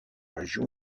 région